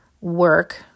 work